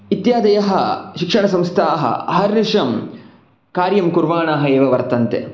इत्यादयः शिक्षणसंस्थाः अहर्निशं कार्यं कुर्वाणः एव वर्तन्ते